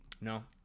No